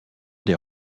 des